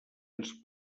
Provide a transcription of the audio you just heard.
ens